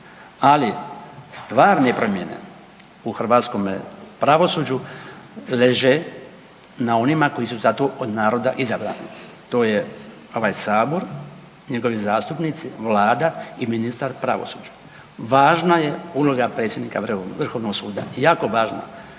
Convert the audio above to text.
ali stvarne promjene u hrvatskome pravosuđu leže na onima koji su za to od naroda izabrani. To je ovaj sabor, njegovi zastupnici, Vlada i ministar pravosuđa. Važna je uloga predsjednika Vrhovnog suda, jako važna